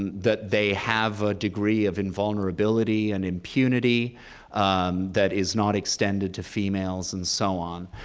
and that they have a degree of invulnerability and impunity that is not extended to females and so on.